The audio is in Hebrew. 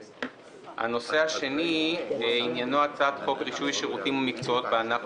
הנושא השני עניינו הצעת חוק רישוי שירותים ומקצועות בענף